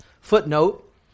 footnote